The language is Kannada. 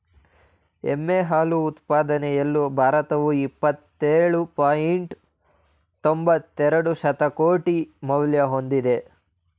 ಎಮ್ಮೆ ಹಾಲು ಉತ್ಪಾದನೆಯಲ್ಲಿ ಭಾರತವು ಇಪ್ಪತ್ತೇಳು ಪಾಯಿಂಟ್ ತೊಂಬತ್ತೆರೆಡು ಶತಕೋಟಿ ಮೌಲ್ಯ ಹೊಂದಿದೆ